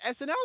SNL